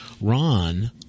Ron